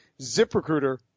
ZipRecruiter